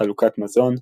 חלוקת מזון,